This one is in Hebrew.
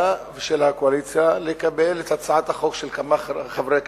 ושל הקואליציה לקבל את הצעת החוק של כמה חברי כנסת,